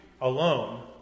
alone